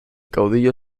caudillo